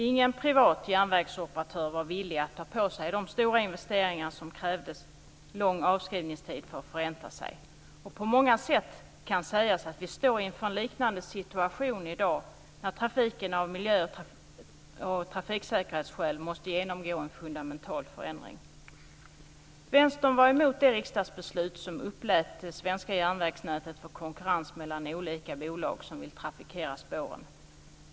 Ingen privat järnvägsoperatör var villig att ta på sig de stora investeringarna, som krävde lång avskrivningstid för att förränta sig. På många sätt kan sägas att vi står inför en liknande situation i dag, när trafiken av miljö och trafiksäkerhetsskäl måste genomgå en fundamental förändring. Vänstern var emot det riksdagsbeslut som innebar att det svenska järnvägsnätet uppläts för konkurrens mellan olika bolag som vill trafikera spåren.